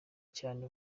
cyane